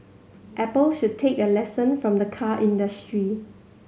Apple should take a lesson from the car industry